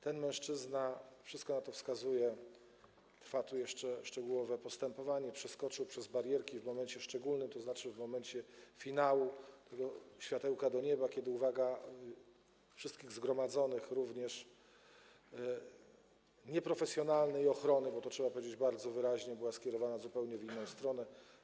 Ten mężczyzna, wszystko na to wskazuje, trwa jeszcze szczegółowe postępowanie, przeskoczył przez barierki w momencie szczególnym, tzn. w momencie finału, światełka do nieba, kiedy uwaga wszystkich zgromadzonych, również nieprofesjonalnej ochrony, bo to trzeba powiedzieć bardzo wyraźnie, była skierowana zupełnie w inną stronę.